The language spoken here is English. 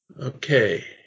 Okay